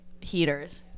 heaters